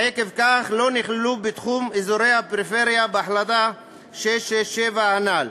ועקב כך לא נכללו בתחום אזורי הפריפריה בהחלטה 667 הנ"ל.